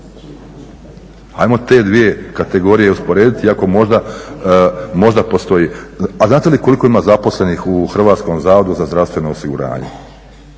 Hajmo te dvije kategorije usporediti iako možda postoji. A znate koliko ima zaposlenih u Hrvatskom zavodu za zdravstveno osiguranje?